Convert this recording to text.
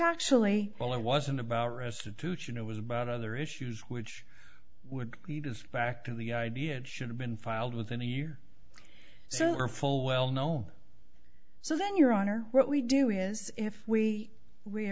actually well i wasn't about restitution it was about other issues which would lead us back to the idea that should have been filed within a year or so or full well known so then your honor what we do is if we